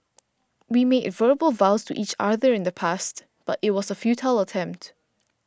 we made verbal vows to each other in the past but it was a futile attempt